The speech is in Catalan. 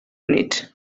units